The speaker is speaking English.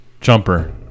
Jumper